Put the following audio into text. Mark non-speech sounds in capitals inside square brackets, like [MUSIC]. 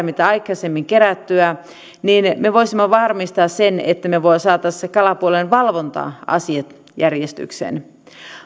[UNINTELLIGIBLE] mitä aikaisemmin niin me me voisimme varmistaa että me saisimme kalapuolen valvonta asiat järjestykseen